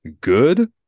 good